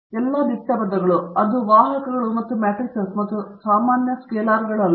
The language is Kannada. ಮತ್ತೆ ಎಲ್ಲಾ ದಿಟ್ಟ ಪದಗಳು ಅವರು ವಾಹಕಗಳು ಮತ್ತು ಮ್ಯಾಟ್ರಿಸಸ್ ಮತ್ತು ಸಾಮಾನ್ಯ ಸಾಮಾನ್ಯ ಸ್ಕೆಲಾರ್ಗಳಲ್ಲ